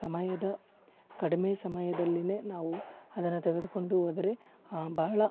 ಸಮಯದ ಕಡಿಮೆ ಸಮಯದಲ್ಲಿನೇ ನಾವು ಅದನ್ನ ತೆಗೆದುಕೊಂಡು ಹೋದ್ರೆ ಬಹಳ